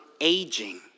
aging